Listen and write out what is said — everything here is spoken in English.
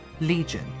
Legion